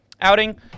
outing